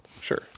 sure